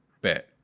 bet